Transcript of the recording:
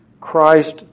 Christ